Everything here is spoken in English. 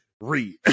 read